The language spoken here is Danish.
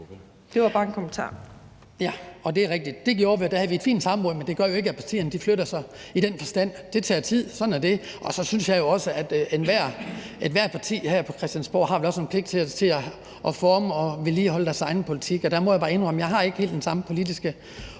Det var bare en kommentar.